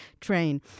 train